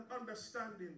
understanding